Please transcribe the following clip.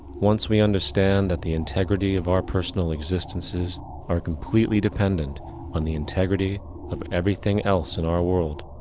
once we understand that the integrity of our personal existences are completely dependent on the integrity of everything else in our world,